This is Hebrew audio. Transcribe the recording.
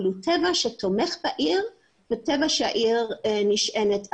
אבל הוא טבע שתומך בעיר והוא טבע שהעיר נשענת עליו.